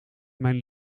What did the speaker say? mijn